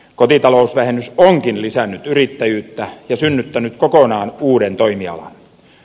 kotitalousvähennys onkin lisännyt yrittäjyyttä ja synnyttänyt kokonaan uuden toimialan